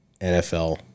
NFL